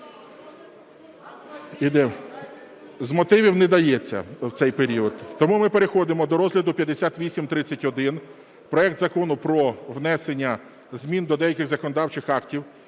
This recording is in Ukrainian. З мотивів не дається в цей період. Тому ми переходимо до розгляду 5831, проект Закону про внесення змін до деяких законодавчих актів,